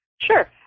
Sure